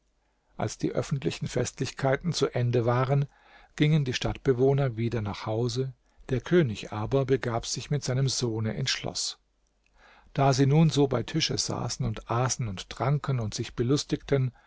als die öffentlichen festlichkeiten zu ende waren gingen die stadtbewohner wieder nach hause der könig aber begab sich mit seinem sohne ins schloß da sie nun so bei tische saßen und aßen und tranken und sich belustigten